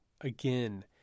again